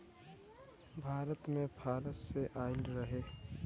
भारत मे फारस से आइल रहे